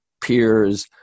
peers